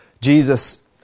Jesus